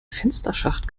fensterschacht